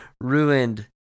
ruined